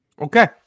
Okay